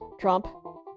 Trump